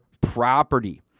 property